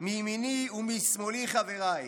מימיני, משמאלי חבריי,